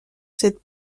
cette